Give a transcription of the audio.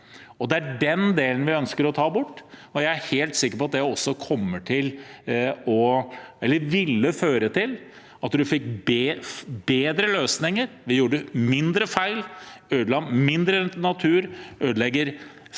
Det er den delen vi ønsker å ta bort, og jeg er helt sikker på at det også ville ha ført til at man fikk bedre løsninger, gjorde mindre feil, ødela mindre natur, ødela færre